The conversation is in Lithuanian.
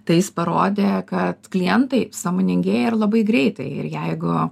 tai jis parodė kad klientai sąmoningėja ir labai greitai ir jeigu